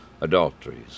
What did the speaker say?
adulteries